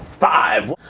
five.